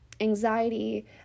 anxiety